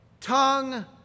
tongue